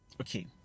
Okay